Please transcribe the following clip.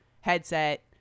headset